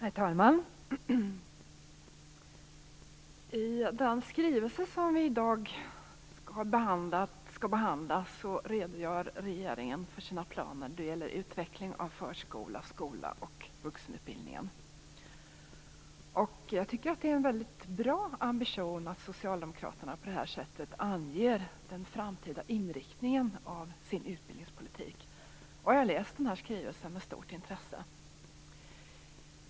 Herr talman! I den skrivelse som vi i dag skall behandla redogör regeringen för sina planer när det gäller utveckling av förskola, skola och vuxenutbildning. Jag tycker att det är en väldigt bra ambition att socialdemokraterna på det här sättet anger den framtida inriktningen av sin utbildningspolitik. Jag har läst skrivelsen med stort intresse.